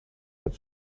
its